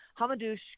Hamadouche